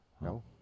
No